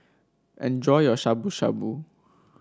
enjoy your Shabu Shabu